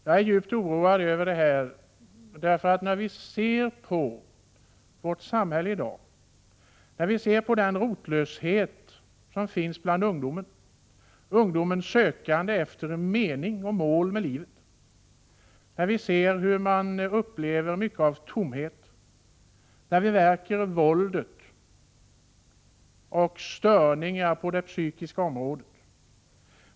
Jag är djupt oroad när jag ser på vårt samhälle i dag, på ungdomens rotlöshet och sökande efter mening och mål, på hur man upplever mycket av tomhet och när jag märker våldet och störningar på det psykiska området.